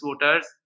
voters